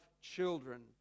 children